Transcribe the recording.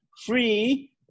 free